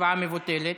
ההצבעה מבוטלת.